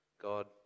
God